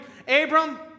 Abram